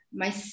mas